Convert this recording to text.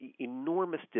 enormous